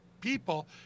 people